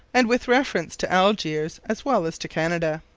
and with reference to algiers as well as to canada.